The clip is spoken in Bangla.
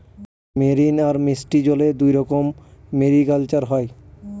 মেরিন আর মিষ্টি জলে দুইরকম মেরিকালচার হয়